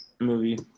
movie